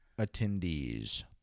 attendees